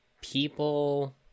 people